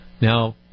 Now